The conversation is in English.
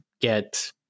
get